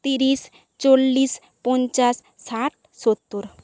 তিরিশ চল্লিশ পঞ্চাশ ষাট সত্তর